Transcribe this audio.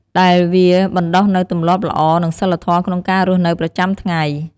ដែលវាបណ្តុះនូវទម្លាប់ល្អ និងសីលធម៌ក្នុងការរស់នៅប្រចាំថ្ងៃ។